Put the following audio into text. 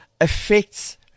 affects